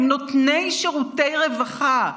הם נותני שירותי רווחה.